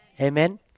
Amen